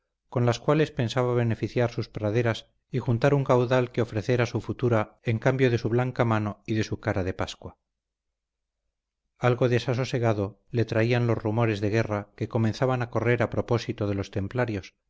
con las cuales pensaba beneficiar sus praderas y juntar un caudal que ofrecer a su futura en cambio de su blanca mano y de su cara de pascua algo desasosegado le traían los rumores de guerra que comenzaban a correr a propósito de los templarios